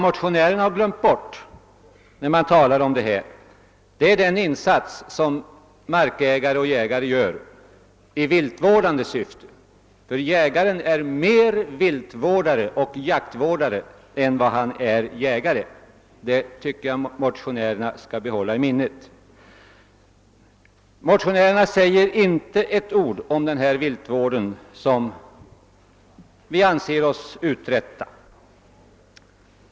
Motionärerna har emellertid glömt bort den insats som markägare och jägare gör i viltvårdande syfte. Jägaren är nämligen mer viltvårdare och jaktvårdare än han är jägare, och jag anser att motionärerna skall hålla detta i minnet. Motionärerna säger inte ett ord om den viltvård som vi anser oss utöva.